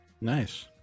nice